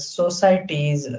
societies